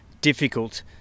difficult